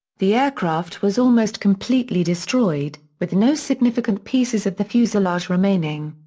the aircraft was almost completely destroyed, with no significant pieces of the fuselage remaining.